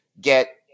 get